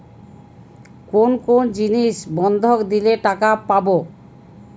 কোন কোন জিনিস বন্ধক দিলে টাকা পাব?